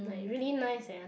like really nice eh